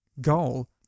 goal